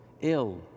Ill